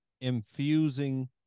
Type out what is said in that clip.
infusing